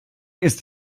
ist